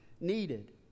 needed